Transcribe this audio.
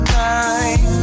time